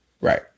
Right